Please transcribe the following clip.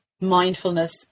mindfulness